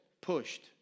pushed